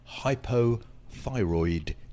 hypothyroid